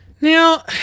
Now